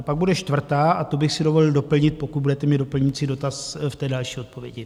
Pak bude čtvrtá, a to bych si dovolil doplnit, pokud budete mít doplňující dotaz, v té další odpovědi.